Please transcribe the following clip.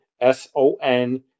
S-O-N